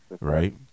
right